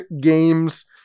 Games